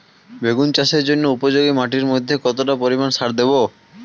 বেগুন চাষের জন্য উপযোগী মাটির মধ্যে কতটা পরিমান সার দেব?